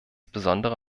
besondere